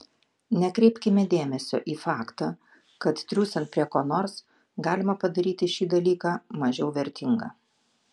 nekreipkime dėmesio į faktą kad triūsiant prie ko nors galima padaryti šį dalyką mažiau vertingą